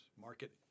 market